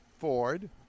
Ford